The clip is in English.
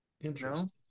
interesting